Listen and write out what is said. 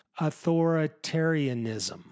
authoritarianism